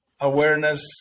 awareness